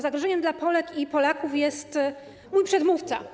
Zagrożeniem dla Polek i Polaków jest mój przedmówca.